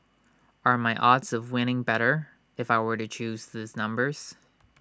are my odds of winning better if I were to choose these numbers